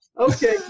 Okay